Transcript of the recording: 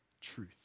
truth